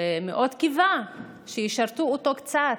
שמאוד קיווה שישרתו אותו קצת,